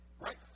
right